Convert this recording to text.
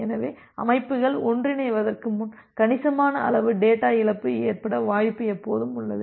எனவே அமைப்புகள் ஒன்றிணைவதற்கு முன் கணிசமான அளவு டேட்டா இழப்பு ஏற்பட வாய்ப்பு எப்போதும் உள்ளது